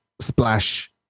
splash